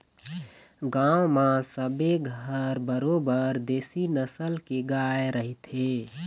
गांव म सबे घर बरोबर देशी नसल के गाय रहिथे